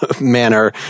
manner